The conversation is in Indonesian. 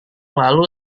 lalu